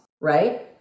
right